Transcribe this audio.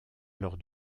lors